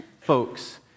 folks